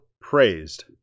praised